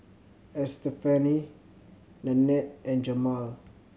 Estefany Nannette and Jamaal